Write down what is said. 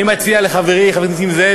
אני מציע לחברי חבר הכנסת נסים זאב,